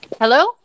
Hello